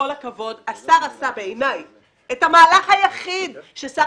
השר עשה בעיניי את המהלך היחיד ששר